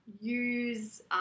use